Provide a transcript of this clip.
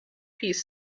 piece